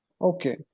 Okay